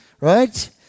right